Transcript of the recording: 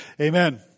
Amen